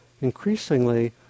increasingly